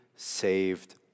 saved